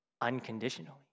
Unconditionally